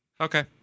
Okay